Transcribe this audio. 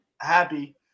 happy